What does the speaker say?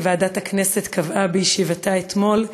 כי ועדת הכנסת קבעה בישיבתה אתמול,